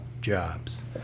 jobs